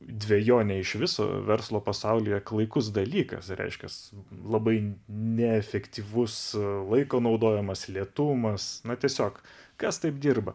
dvejonė iš viso verslo pasaulyje klaikus dalykas reiškias labai neefektyvus laiko naudojamas lėtumas na tiesiog kas taip dirba